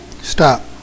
Stop